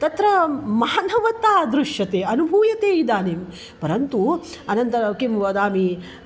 तत्र मानवता दृश्यते अनुभूयते इदानीं परन्तु अनन्तर किं वदामि